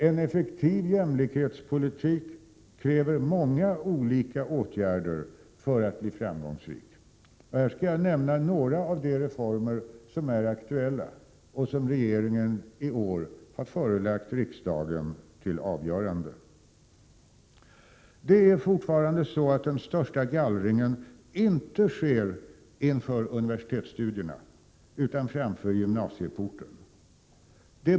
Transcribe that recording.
En effektiv jämlikhetspolitik kräver många olika åtgärder för att den skall bli framgångsrik. Här vill jag nämna några av de reformer som är aktuella och som regeringen i år har förelagt riksdagen för avgörande. Det är fortfarande så att den största gallringen inte sker inför universitetsstudierna, utan framför gymnasieporten.